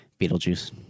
Beetlejuice